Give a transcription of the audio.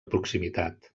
proximitat